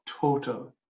total